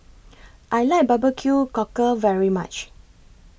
I like Barbecue Cockle very much